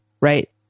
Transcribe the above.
right